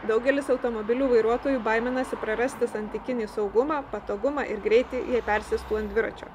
daugelis automobilių vairuotojų baiminasi prarasti santykinį saugumą patogumą ir greitį jie persės ant dviračio